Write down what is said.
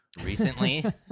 recently